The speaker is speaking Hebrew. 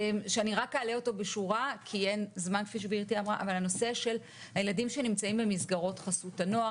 שאני רק אעלה אותו בשורה: הנושא של הילדים שנמצאים במסגרות חסות הנוער.